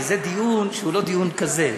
אז זה דיון שהוא לא דיון כזה.